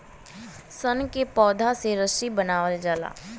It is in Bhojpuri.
सन क पौधा से रस्सी बनावल जाला